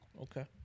Okay